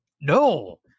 no